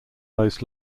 most